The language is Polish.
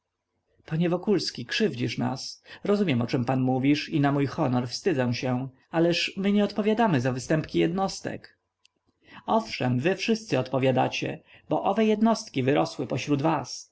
panie wokulski krzywdzisz nas rozumiem o czem pan mówisz i na mój honor wstydzę się ależ my nie odpowiadamy za występki jednostek owszem wy wszyscy odpowiadacie bo owe jednostki wyrosły pośród was